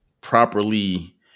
properly